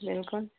बिल्कुल